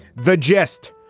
the geste.